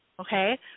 Okay